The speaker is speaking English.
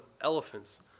elephants